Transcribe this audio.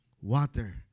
Water